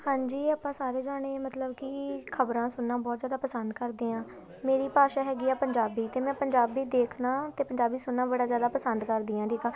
ਹਾਂਜੀ ਆਪਾਂ ਸਾਰੇ ਜਣੇ ਮਤਲਬ ਕਿ ਖ਼ਬਰਾਂ ਸੁਣਨਾ ਬਹੁਤ ਜ਼ਿਆਦਾ ਪਸੰਦ ਕਰਦੇ ਹਾਂ ਮੇਰੀ ਭਾਸ਼ਾ ਹੈਗੀ ਆ ਪੰਜਾਬੀ ਅਤੇ ਮੈਂ ਪੰਜਾਬੀ ਦੇਖਣਾ ਅਤੇ ਪੰਜਾਬੀ ਸੁਣਨਾ ਬੜਾ ਜ਼ਿਆਦਾ ਪਸੰਦ ਕਰਦੀ ਹਾਂ ਠੀਕ ਆ